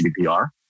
GDPR